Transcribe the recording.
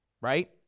Right